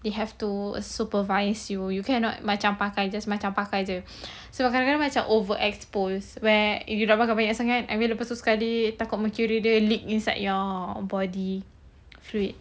they have to supervise you you cannot macam pakai just macam pakai jer so kadang-kadang macam overexpose where you pakai banyak sangat I mean lepas tu sekali takut mercury dia leak inside your body fluid